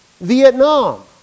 Vietnam